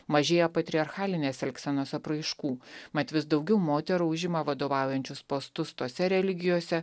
mažėja patriarchalinės elgsenos apraiškų mat vis daugiau moterų užima vadovaujančius postus tose religijose